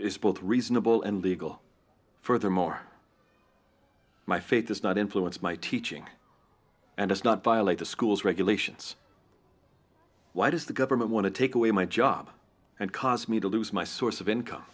both reasonable and legal furthermore my faith does not influence my teaching and has not violate the school's regulations why does the government want to take away my job and cause me to lose my source of income